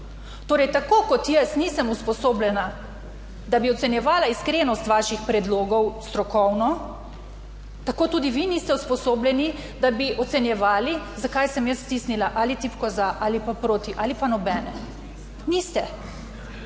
Torej, tako kot jaz nisem usposobljena, da bi ocenjevala iskrenost vaših predlogov strokovno, tako tudi vi niste usposobljeni, da bi ocenjevali, zakaj sem jaz stisnila ali tipko za ali pa proti ali pa nobene. Niste,